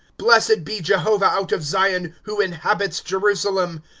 blessed be jehovah out of zion, who inhabits jerusalem.